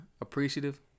appreciative